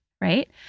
right